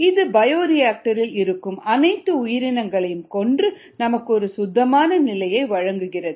இது பயோரியாக்டர் இல் இருக்கும் அனைத்து உயிரினங்களையும் கொன்று நமக்கு ஒரு சுத்தமான நிலையை வழங்குகிறது